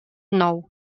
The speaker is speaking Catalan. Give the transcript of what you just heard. nou